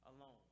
Alone